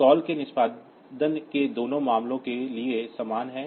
call के निष्पादन के दोनों मामलों के लिए समान है